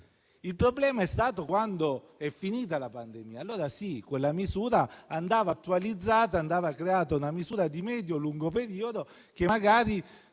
Il problema è nato quando è finita la pandemia; allora, sì, quella misura andava attualizzata, creandone una di medio e lungo periodo che magari